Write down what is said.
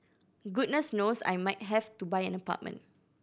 goodness knows I might have to buy an apartment